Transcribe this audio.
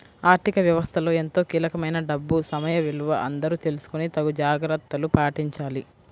ఆర్ధిక వ్యవస్థలో ఎంతో కీలకమైన డబ్బు సమయ విలువ అందరూ తెలుసుకొని తగు జాగర్తలు పాటించాలి